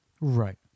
Right